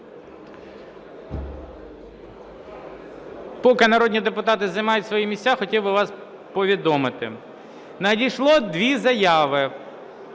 Поки народні депутати займають свої місця, хотів би вас повідомити: надійшло дві заяви.